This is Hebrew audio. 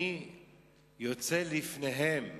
אני יוצא לפניהם,